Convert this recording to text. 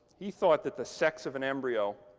he thought that the sex of an embryo,